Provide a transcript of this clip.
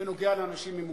בנוגע לאנשים עם מוגבלות.